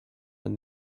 and